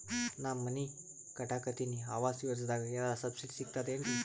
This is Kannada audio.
ನಾ ಮನಿ ಕಟಕತಿನಿ ಆವಾಸ್ ಯೋಜನದಾಗ ಏನರ ಸಬ್ಸಿಡಿ ಸಿಗ್ತದೇನ್ರಿ?